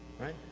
right